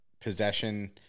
possession